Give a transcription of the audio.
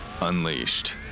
unleashed